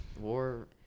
war—